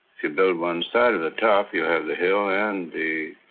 you build one side of the top you have the hill and the